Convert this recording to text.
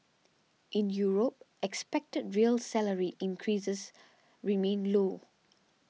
in Europe expected real salary increases remain low